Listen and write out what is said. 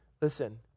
Listen